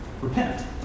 repent